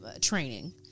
training